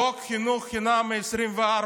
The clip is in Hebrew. חוק חינוך חינם מ-2024,